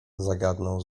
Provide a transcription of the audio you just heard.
zagadnął